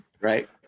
Right